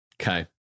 Okay